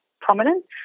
prominent